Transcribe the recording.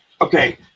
Okay